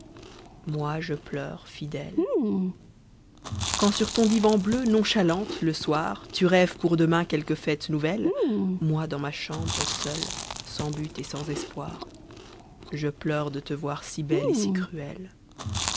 moi je pleure fidèle quand sur ton divan bleu nonchalante le soir tu rêves pour demain quelque fête nouvelle moi dans ma chambre seul sans but et sans espoir je pleure de te voir si belle et si cruelle